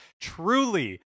truly